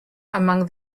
among